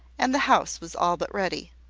and the house was all but ready.